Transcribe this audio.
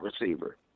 receiver